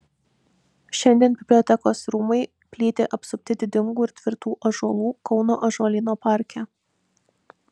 šiandien bibliotekos rūmai plyti apsupti didingų ir tvirtų ąžuolų kauno ąžuolyno parke